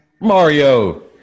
Mario